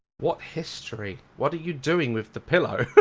what history. what are you doing with the pillow?